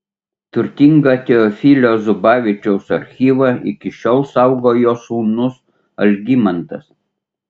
turtingą teofilio zubavičiaus archyvą iki šiol saugo jo sūnus algimantas